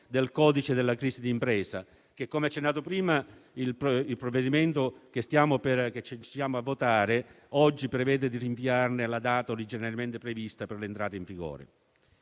del codice della crisi di impresa visto che, come accennato prima, il provvedimento che stiamo per votare oggi prevede di rinviarne la data originariamente prevista per l'entrata in vigore.